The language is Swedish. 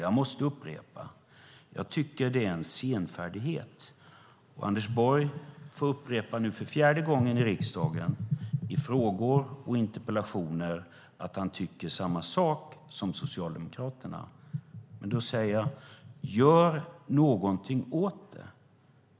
Jag måste upprepa att jag tycker att det är en senfärdighet. Anders Borg får nu för fjärde gången i riksdagen, i frågor och interpellationer, upprepa att han tycker samma sak som Socialdemokraterna. Men då säger jag: Gör någonting åt det!